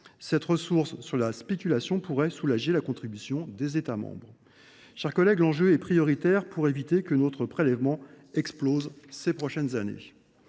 Cette ressource fondée sur la spéculation pourrait soulager la contribution des États membres. Il s’agit, mes chers collègues, d’une question prioritaire pour éviter que notre prélèvement n’explose ces prochaines années.